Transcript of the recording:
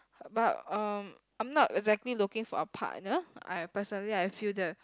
but um I'm not exactly looking for a partner I personally I feel the